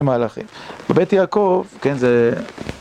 מהלכים. בבית יעקב, כן, זה...